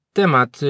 temat